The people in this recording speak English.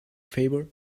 favor